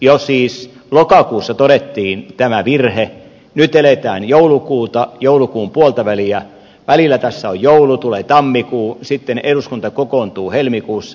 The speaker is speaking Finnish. jo siis lokakuussa todettiin tämä virhe nyt eletään joulukuuta joulukuun puoltaväliä välillä tässä on joulu tulee tammikuu sitten eduskunta kokoontuu helmikuussa